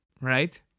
right